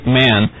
man